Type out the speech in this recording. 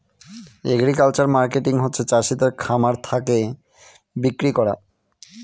agricultural marketing হচ্ছে চাষিদের খামার থাকে বিক্রি করা